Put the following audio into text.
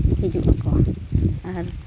ᱦᱤᱡᱩᱜ ᱟᱠᱚ ᱟᱨ